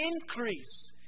increase